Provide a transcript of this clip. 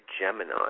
Gemini